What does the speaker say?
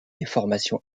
déformation